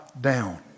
down